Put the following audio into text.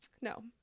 no